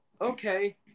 Okay